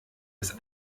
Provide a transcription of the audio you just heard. das